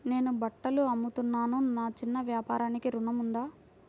నేను బట్టలు అమ్ముతున్నాను, నా చిన్న వ్యాపారానికి ఋణం ఉందా?